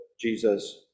Jesus